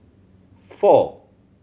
four